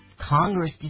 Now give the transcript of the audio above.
Congress